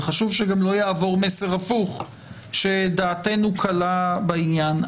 וחשוב שגם לא יעבור מסר הפוך שדעתנו קלה בעניין.